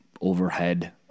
overhead